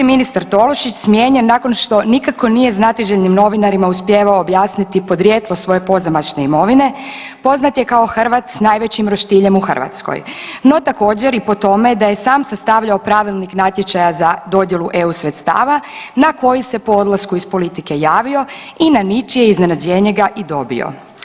ministar Tolušić je smijenjen nakon što nikako nije znatiželjnim novinarima uspijevao objasniti podrijetlo svoje pozamašne imovine, poznat je kao Hrvat s najvećim roštiljem u Hrvatskoj, no također i po tome da je sam sastavljao pravilnik natječaja za dodjelu EU sredstava na koji se po odlasku iz politike javio i na ničije iznenađenje ga i dobio.